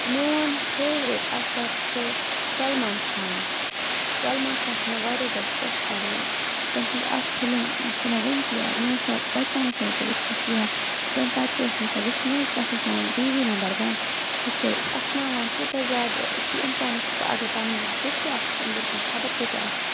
میون favourite actor چھُ سَلمان خان سلمان خان چھُ مےٚ واریاہ زیادٕ خۄش کَران تٔمۍ سٕنٛز اَکھ فِلِم چھےٚ مےٚ ؤنۍ تہِ یاد مےٚ ٲس سُہ بَچپَنَس منٛز تہِ وٕچھمٕژ یا تمہِ پَتہٕ تہِ ٲس مےٚ سۄ وٕچھمٕژ تَتھ اوس ناو بی وی نمبَر وَن سُہ چھُ اَسناوان تیوٗتاہ زیادٕ کہِ اِنسانَس چھُ اگر پَنٕنۍ دُکھ تہِ آسؠس أنٛدٕر کِنۍ خبر کیٛاہ تہِ آسؠس